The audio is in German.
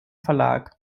verlag